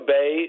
Bay